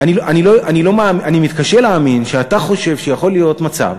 אני מתקשה להאמין שאתה חושב שיכול להיות מצב